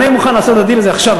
אני מוכן לעשות את הדיל הזה עכשיו,